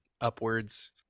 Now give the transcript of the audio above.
upwards